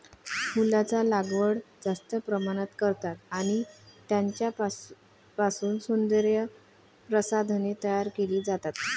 फुलांचा लागवड जास्त प्रमाणात करतात आणि त्यांच्यापासून सौंदर्य प्रसाधने तयार केली जातात